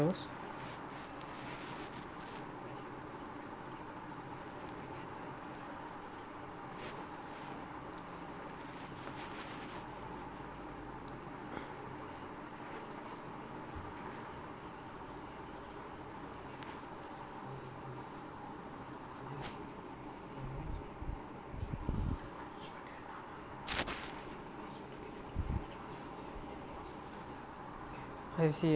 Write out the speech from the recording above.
yours I see